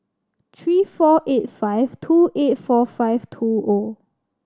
three four eight five two eight four five two O